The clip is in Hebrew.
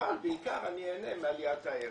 אבל בעיקר אני אהנה מעליית הערך,